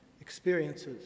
experiences